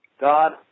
God